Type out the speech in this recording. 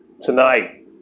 tonight